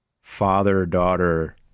father-daughter